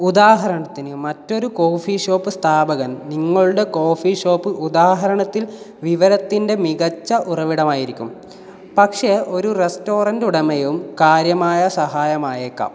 ഉദാഹരണത്തിന് മറ്റൊരു coffee shop സ്ഥാപകൻ നിങ്ങളുടെ കോഫി ഷോപ്പ് ഉദാഹരണത്തിൽ വിവരത്തിൻ്റെ മികച്ച ഉറവിടമായിരിക്കും പക്ഷേ ഒരു റെസ്റ്റോറൻറ്റ് ഉടമയും കാര്യമായ സഹായമായേക്കാം